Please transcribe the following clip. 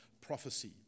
prophecy